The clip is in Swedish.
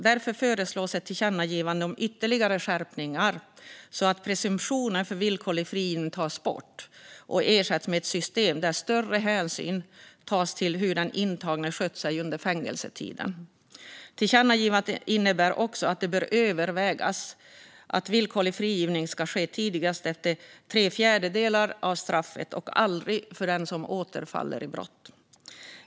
Därför föreslås ett tillkännagivande om ytterligare skärpningar så att presumtionen för villkorlig frigivning tas bort och ersätts med ett system där större hänsyn tas till hur den intagne skött sig under fängelsetiden. Tillkännagivandet innebär också att det bör övervägas att villkorlig frigivning ska ske tidigast efter tre fjärdedelar av straffet och aldrig för den som återfallit i brott.